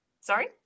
Sorry